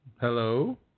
Hello